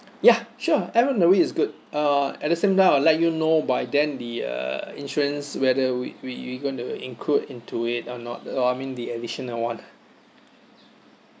ya sure end of the week is good uh at the same time I'll let you know by then the uh insurance whether we we gonna include into it or not uh I mean the additional one